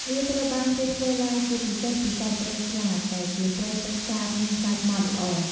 វាត្រូវបានគេធ្វើឡើងជាពិសេសពីសាច់ត្រីស្លាត ដែលជាត្រីទឹកសាបមានសាច់ម៉ដ្ឋល្អ។